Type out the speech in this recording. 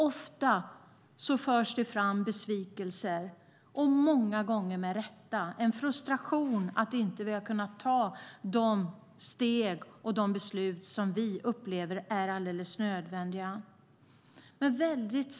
Ofta uttrycks besvikelser, många gånger med rätta, och en frustration över att vi inte kunnat ta de beslut och steg som vi upplever är helt nödvändiga.